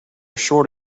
short